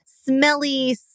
smelly